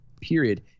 Period